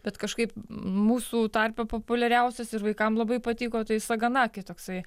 bet kažkaip mūsų tarpe populiariausias ir vaikam labai patiko tai saganaki toksai